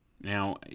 Now